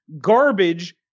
garbage